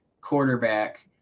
quarterback